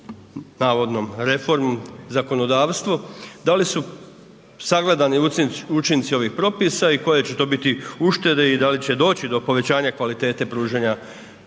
sa navodnom reformom zakonodavstvu, da li su sagledani učinci ovih propisa i koje će to biti uštede i da li će doći do povećanja kvalitete pružanja